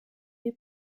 est